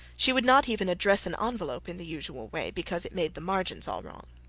she could not even address an envelope in the usual way because it made the margins all wrong.